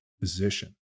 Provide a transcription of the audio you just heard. position